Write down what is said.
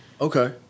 Okay